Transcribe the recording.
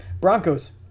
Broncos